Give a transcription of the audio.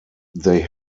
they